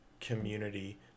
community